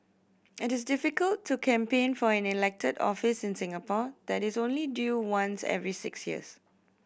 it is difficult to campaign for an elected office in Singapore that is only due once every six years